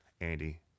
Andy